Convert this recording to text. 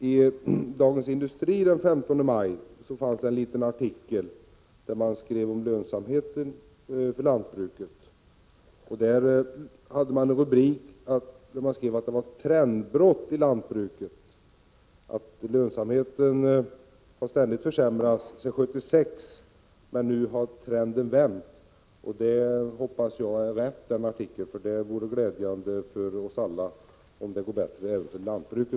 I Dagens Industri den 15 maj fanns en liten artikel där man skrev om lönsamheten för lantbruket. Rubriken var att det har skett ett trendbrott i lantbruket. Lönsamheten har ständigt försämrats sedan 1976, men nu har trenden vänt. Jag hoppas det är rätt, för det vore glädjande för oss alla om det går bättre även i lantbruket.